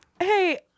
hey